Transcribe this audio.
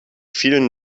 vielen